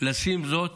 לשים זאת